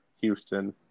Houston